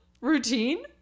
routine